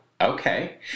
Okay